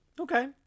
Okay